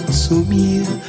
sumir